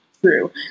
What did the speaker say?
true